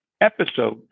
episode